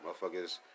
motherfuckers